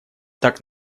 так